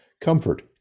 Comfort